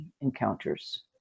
encounters